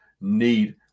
need